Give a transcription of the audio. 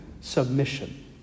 submission